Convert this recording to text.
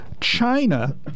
China